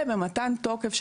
ובמתן תוקף.